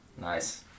Nice